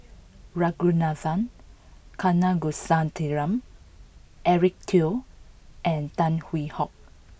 Ragunathar Kanagasuntheram Eric Teo and Tan Hwee Hock